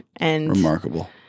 Remarkable